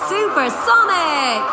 Supersonic